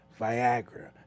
viagra